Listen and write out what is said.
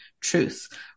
truth